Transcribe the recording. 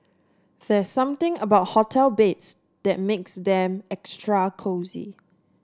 there's something about hotel beds that makes them extra cosy